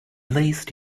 least